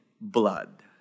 blood